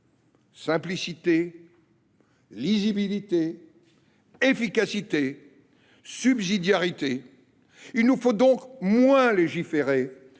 simplicité, lisibilité, efficacité ou encore subsidiarité. Il nous faut donc moins légiférer